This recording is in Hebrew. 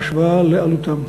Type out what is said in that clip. בהשוואה לעלותם.